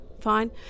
fine